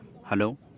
hello